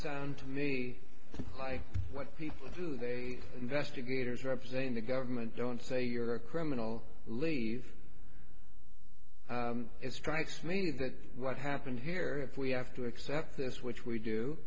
sound to me like what people who they investigate is representing the government don't say you're a criminal leave it strikes me that what happened here if we have to accept this which we do